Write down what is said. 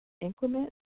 increment